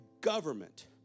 government